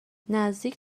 نزدیک